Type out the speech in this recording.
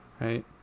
right